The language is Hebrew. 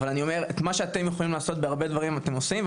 אבל אני אומר מה שאתם יכולים לעשות בהרבה דברים אתם עושים,